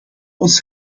ons